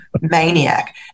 maniac